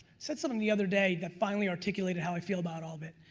said something the other day that finally articulated how i feel about all of it,